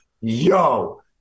yo